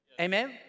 Amen